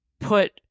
put